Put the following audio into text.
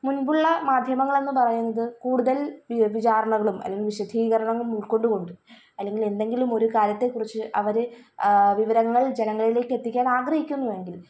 മുന്പുള്ള മാധ്യമങ്ങളെന്ന് പറയുന്നത് കൂടുതല് വി വിചാരണകളും അല്ലെങ്കില് വിശദീകരണങ്ങളും ഉള്ക്കൊണ്ടുകൊണ്ട് അല്ലെങ്കിലെന്തെങ്കിലുമൊര് കാര്യത്തെക്കുറിച്ച് അവര് വിവരങ്ങള് ജനങ്ങളിലേക്ക് എത്തിക്കാൻ ആഗ്രഹിക്കുന്നുവെങ്കില്